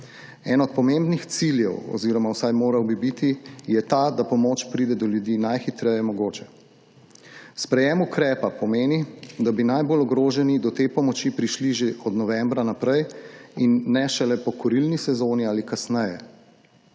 Ena od pomembnih ciljev oziroma vsaj moral bi biti je ta, da pomoč pride do ljudi najhitreje mogoče. Sprejem ukrepa pomeni, da bi najbolj ogrožene do te pomoči prišli že od novembra naprej in ne šele po kurilni sezoni ali kasneje.